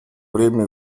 время